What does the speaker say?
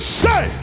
say